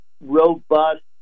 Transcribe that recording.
robust